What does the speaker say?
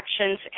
actions